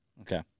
Okay